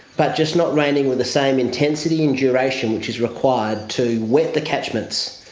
but just not raining with the same intensity and duration which is required to wet the catchments,